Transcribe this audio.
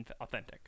authentic